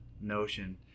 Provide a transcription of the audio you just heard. notion